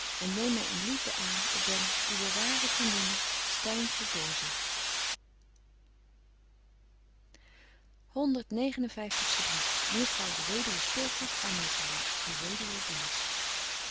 en neem my in liefde aan ik ben uwe ware vriendinne betje wolff en aagje deken historie van mejuffrouw sara burgerhart honderd negen en vyftigste brief mejuffrouw de weduwe spilgoed aan mejuffrouw de weduwe